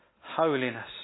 holiness